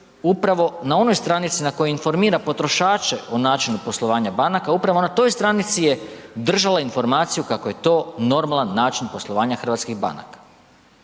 upravo na onoj stranici na kojoj informira potrošače o načinu poslovanja banaka, upravo na toj stranici je držala informaciju kako je to normalan način poslovanja hrvatskih banaka.